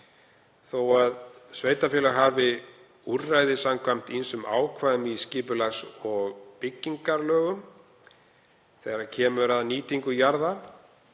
Þó að sveitarfélög hafi úrræði samkvæmt ýmsum ákvæðum í skipulags- og byggingarlögum þegar kemur að nýtingu jarða,